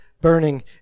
burning